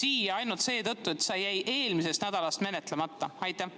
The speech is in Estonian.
siia ainult seetõttu, et [need päevakorrapunktid] jäid eelmisest nädalast menetlemata. Aitäh!